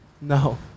No